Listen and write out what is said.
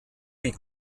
wie